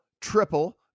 triple